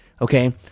Okay